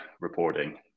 reporting